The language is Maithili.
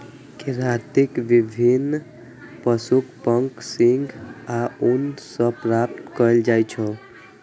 केराटिन विभिन्न पशुक पंख, सींग आ ऊन सं प्राप्त कैल जाइ छै